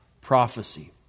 prophecy